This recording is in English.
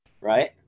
right